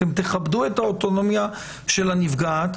אתם תכבדו את האוטונומיה של הנפגעת.